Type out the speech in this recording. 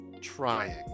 trying